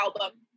album